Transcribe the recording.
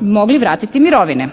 mogli vratiti mirovine.